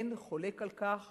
אין חולק על כך